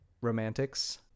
romantics